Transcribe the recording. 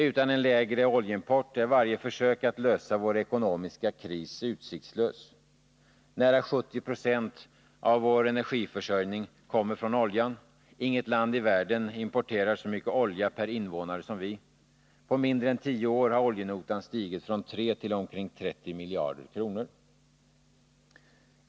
Utan en lägre oljeimport är varje försök att lösa vår ekonomiska kris utsiktslös. Nära 70 96 av vår energiförsörjning kommer från oljan. Inget land i världen importerar så mycket olja per invånare som vi. På mindre än tio år har oljenotan stigit från 3 till omkring 30 miljarder kronor.